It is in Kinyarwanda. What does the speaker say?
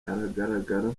aragaragara